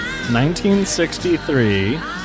1963